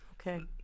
Okay